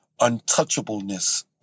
untouchableness